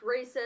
racist